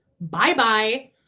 Bye-bye